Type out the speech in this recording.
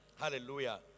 Hallelujah